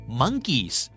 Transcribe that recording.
monkeys